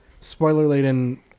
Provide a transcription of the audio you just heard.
Spoiler-laden